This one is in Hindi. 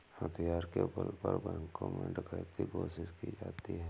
हथियार के बल पर बैंकों में डकैती कोशिश की जाती है